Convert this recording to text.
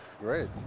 Great